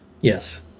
Yes